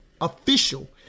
official